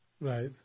Right